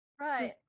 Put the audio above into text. Right